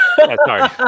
sorry